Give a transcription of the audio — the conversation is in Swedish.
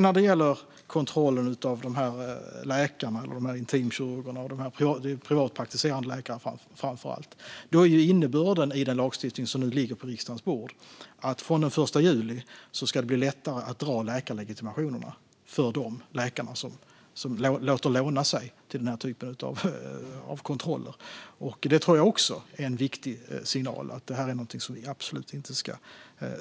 När det gäller kontrollen av de här läkarna och intimkirurgerna - det är framför allt privatpraktiserande läkare - är innebörden i den lagstiftning som nu ligger på riksdagens bord att det från den 1 juli ska bli lättare att dra in läkarlegitimationen för de läkare som låter låna sig till den här typen av kontroller. Det tror jag också är en viktig signal om att det här är någonting som vi absolut inte